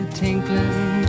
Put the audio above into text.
tinkling